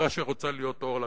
בחברה שרוצה להיות אור לגויים.